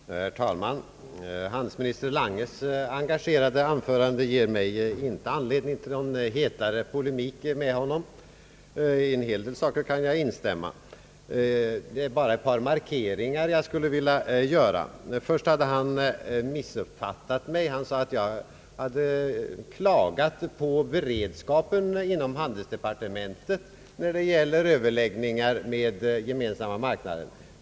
Herr talman! Handelsminister Langes engagerade anförande ger mig inte anledning till någon hetare polemik med honom. Jag kan instämma i en hel del saker, men det är ett par markeringar jag skulle vilja göra. Herr Lange hade missuppfattat mig när han sade, att jag hade klagat på beredskapen inom handelsdepartementet när det gäller överläggningar med gemensamma marknaden.